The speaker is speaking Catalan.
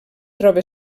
troba